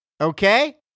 okay